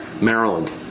Maryland